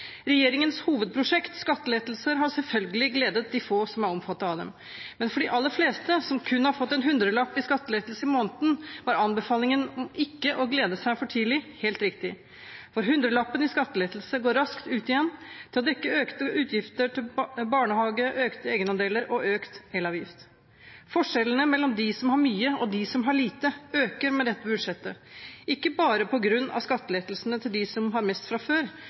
Regjeringens hovedprosjekt, skattelettelser, har selvfølgelig gledet de få som er omfattet av dem, men for de aller fleste, som kun har fått en hundrelapp i skattelettelse i måneden, var anbefalingen om ikke å glede seg for tidlig helt riktig. For hundrelappen i skattelettelse går raskt ut igjen til å dekke økte utgifter til barnehage, økte egenandeler og økt elavgift. Forskjellene mellom dem som har mye, og dem som har lite, øker med dette budsjettet, ikke bare på grunn av skattelettelsene til dem som har mest fra før,